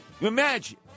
Imagine